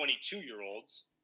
22-year-olds